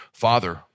Father